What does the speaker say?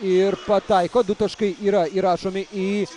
ir pataiko du taškai yra įrašomi į